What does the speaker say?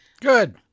Good